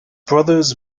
brothers